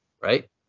right